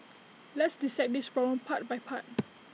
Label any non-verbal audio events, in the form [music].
let's dissect this problem part by part [noise]